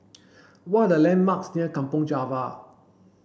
what are the landmarks near Kampong Java